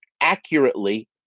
accurately